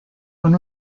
con